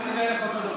תן למנסור עבאס,